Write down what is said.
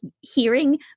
hearing